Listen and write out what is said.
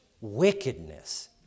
wickedness